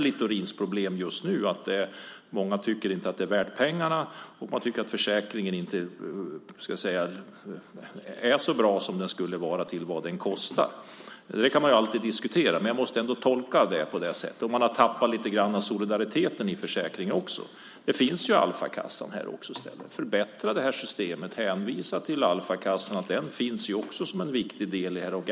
Littorins problem just nu är att många inte tycker att det är värt pengarna. Man tycker att försäkringen inte är så bra som den skulle vara i relation till vad den kostar. Man kan alltid diskutera detta, men jag tolkar läget på det här sättet. Man har lite grann tappat solidariteten i försäkringen. Alfakassan finns ju. Förbättra systemet och hänvisa till Alfakassan som en viktig del i systemet.